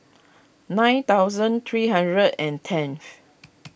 nine thousand three hundred and tenth